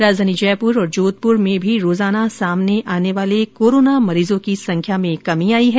राजधानी जयपुर और जोधपुर में भी रोजाना सामने आने वाले कोरोना मरीजों की संख्या में कमी आई है